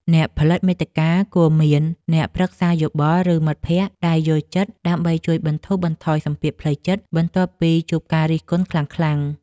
អ្នកផលិតមាតិកាគួរមានអ្នកប្រឹក្សាយោបល់ ឬមិត្តភក្តិដែលយល់ចិត្ត ដើម្បីជួយបន្ធូរបន្ថយសម្ពាធផ្លូវចិត្តបន្ទាប់ពីជួបការរិះគន់ខ្លាំងៗ។